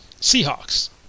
Seahawks